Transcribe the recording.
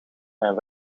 mijn